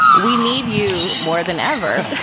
we need you more than ever.